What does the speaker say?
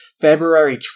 February